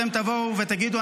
אתם תבואו ותגידו,